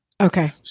Okay